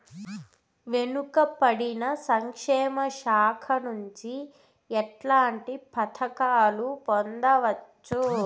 వెనుక పడిన సంక్షేమ శాఖ నుంచి ఎట్లాంటి పథకాలు పొందవచ్చు?